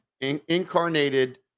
incarnated